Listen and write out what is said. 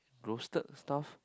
roasted stuff